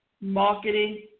marketing